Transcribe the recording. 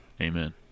Amen